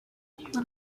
when